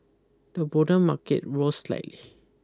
the broader market rose slightly